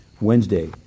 Wednesday